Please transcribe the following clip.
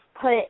put